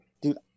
dude